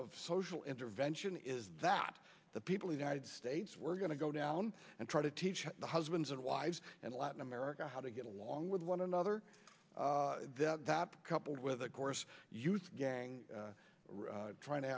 of social intervention is that the people who died states we're going to go down and try to teach the husbands and wives and latin america how to get along with one another that coupled with of course youth gang trying to